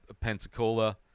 Pensacola